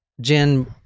Jen